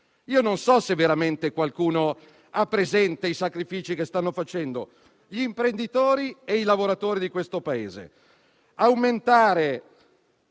Non so se veramente qualcuno ha presente i sacrifici che stanno facendo gli imprenditori e i lavoratori di questo Paese.